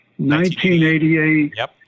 1988